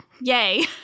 Yay